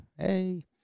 hey